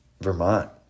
Vermont